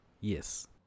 Yes